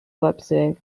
leipzig